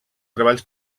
treballs